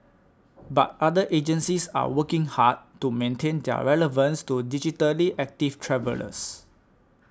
but other agencies are working hard to maintain their relevance to digitally active travellers